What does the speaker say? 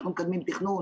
אנחנו מקדמים תכנון?